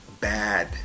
bad